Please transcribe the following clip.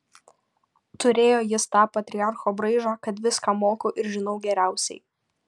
turėjo jis tą patriarcho braižą kad viską moku ir žinau geriausiai